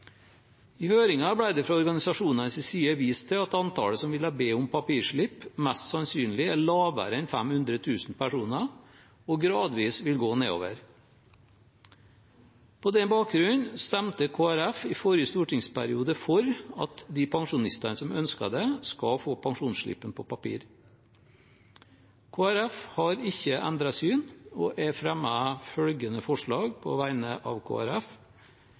I høringen ble det fra organisasjonenes side vist til at antallet som vil be om papirslipp, mest sannsynlig er lavere enn 500 000 personer og gradvis vil gå nedover. På den bakgrunn stemte Kristelig Folkeparti i forrige stortingsperiode for at de pensjonistene som ønsker det, skal få pensjonsslippen på papir. Kristelig Folkeparti har ikke endret syn, og jeg fremmer følgende forslag på vegne av